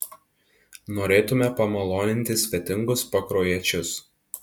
norėtume pamaloninti svetingus pakruojiečius